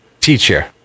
teacher